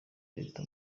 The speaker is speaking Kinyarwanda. leta